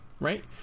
right